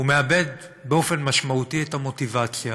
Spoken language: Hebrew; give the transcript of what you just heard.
הוא מאבד באופן משמעותי את המוטיבציה